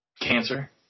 Cancer